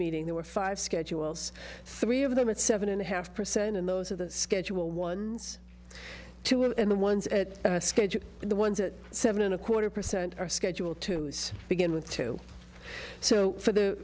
meeting there were five schedules three of them at seven and a half percent and those are the schedule ones too and the ones that are scheduled the ones at seven and a quarter percent are scheduled to begin with two so for the